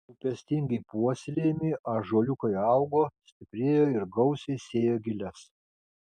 rūpestingai puoselėjami ąžuoliukai augo stiprėjo ir gausiai sėjo giles